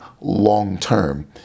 long-term